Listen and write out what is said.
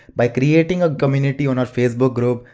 by creating a community on our facebook group,